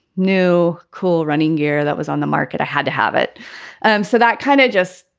new cool running gear that was on the market, i had to have it so that kind of just,